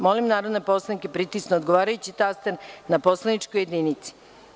Molim narodne poslanike da pritisnu odgovarajući taster na poslaničkoj jedinici.